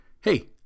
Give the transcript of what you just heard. hey